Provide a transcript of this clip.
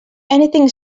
anything